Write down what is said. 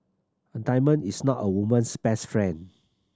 a diamond is not a woman's best friend